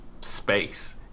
space